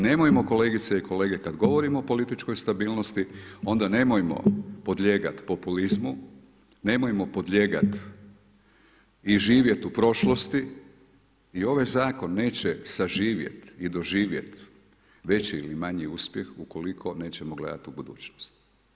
I nemojmo kolegice i kolege, kada govorimo o političkoj stabilnosti, onda nemojmo podlijegati populizmu, nemojmo podlijegat i živjet u prošlosti i ovaj zakon neće saživjeli i doživjeti veći ili manji uspjeh ukoliko nećemo gledati u budućnost.